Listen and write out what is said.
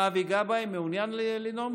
אבי גבאי, מעוניין לנאום?